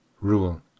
Rule